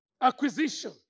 acquisition